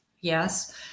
Yes